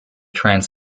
trans